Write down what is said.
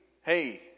hey